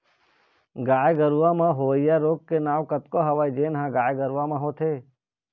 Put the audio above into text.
गाय गरूवा म होवइया रोग के नांव कतको हवय जेन ह गाय गरुवा म होथे